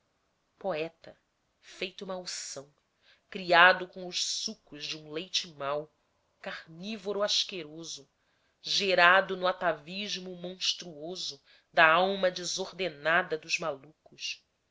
poeta feito malsão criado com os sucos de um leite mau carnívoro asqueroso gerado no atavismo monstruoso da alma desordenada dos malucos